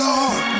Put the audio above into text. Lord